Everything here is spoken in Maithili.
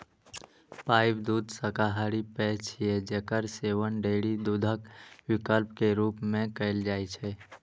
पाइप दूध शाकाहारी पेय छियै, जेकर सेवन डेयरी दूधक विकल्प के रूप मे कैल जाइ छै